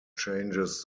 changes